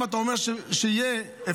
אם אתה אומר שתהיה אפשרות,